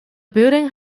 building